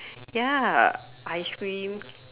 ya ice cream